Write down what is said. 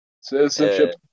Citizenship